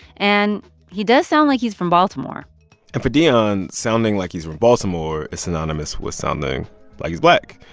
and he does sound like he's from baltimore and for deion, sounding like he's from baltimore is synonymous with sounding like he's black.